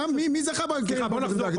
מי זכה בקרן בערבות המדינה?